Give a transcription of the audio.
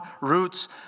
roots